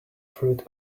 fruit